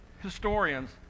historians